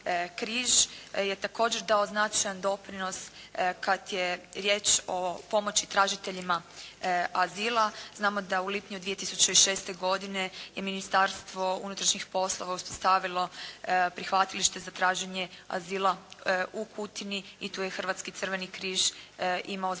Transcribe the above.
križ je također dao značajan doprinos kada je riječ o pomoći tražiteljima azila, znamo da u lipnju 2006. godine je Ministarstvo unutrašnjih poslova uspostavilo prihvatilište za traženje azila u Kutini i tu je Hrvatski crveni križ imao značajnu